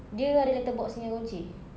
dia ada letter box punya kunci